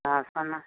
हँ सोना